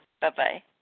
Bye-bye